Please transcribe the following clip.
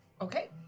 Okay